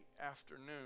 afternoon